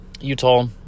Utah